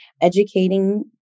educating